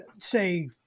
say